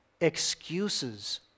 Excuses